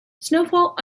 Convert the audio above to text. snowfall